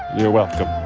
you're welcome.